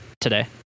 today